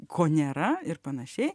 ko nėra ir panašiai